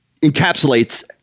encapsulates